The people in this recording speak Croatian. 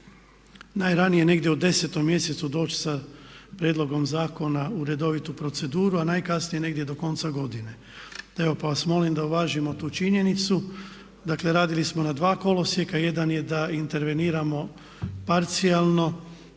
najranije negdje u 10.mjesecu doći sa prijedlogom zakona u redovitu proceduru, a najkasnije negdje do konca godine. Evo pa vas molim da uvažimo tu činjenicu. Dakle radili smo na dva kolosijeka, jedan je da interveniramo parcijalno.